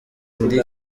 indi